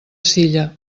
silla